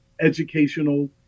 educational